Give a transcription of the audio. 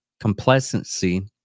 complacency